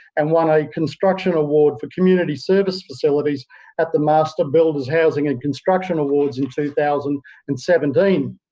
and won a construction award for community service facilities at the master builders housing and construction awards in two thousand and seventeen.